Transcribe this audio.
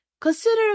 consider